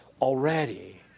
already